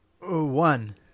one